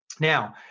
Now